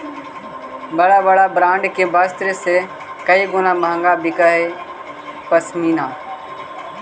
बड़ा बड़ा ब्राण्ड के वस्त्र से कई गुणा महँगा बिकऽ हई पशमीना